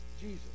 Jesus